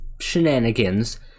shenanigans